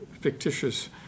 fictitious